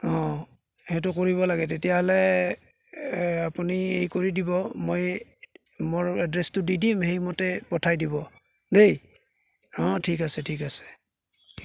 অঁ এইটো কৰিব লাগে তেতিয়া হ'লে আপুনি এই কৰি দিব মই মোৰ এড্ৰেছটো দি দিম সেই মতে পঠাই দিব দেই অঁ ঠিক আছে ঠিক আছে